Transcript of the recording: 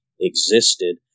existed